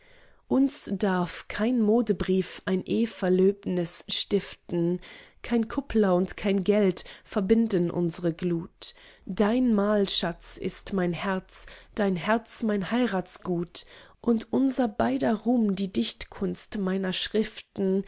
uns darf kein modebrief ein ehverlöbnis stiften kein kuppler und kein geld verbinden unsre glut dein malschatz ist mein herz dein herz mein heiratsgut und unser beider ruhm die dichtkunst meiner schriften